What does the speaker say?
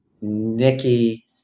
Nikki